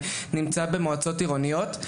ונמצא במועצות עירוניות,